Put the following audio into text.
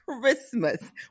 Christmas